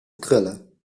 krullen